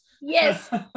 Yes